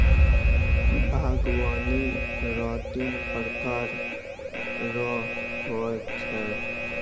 बागवानी रो तीन प्रकार रो हो छै